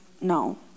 no